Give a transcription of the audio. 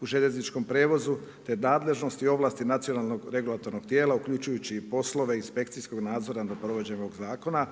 u željezničkom prijevozu te nadležnost i ovlastio nacionalnog regulatornog tijela uključujući i poslove inspekcijskog nadzora nad provođenjem ovog zakona.